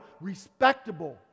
respectable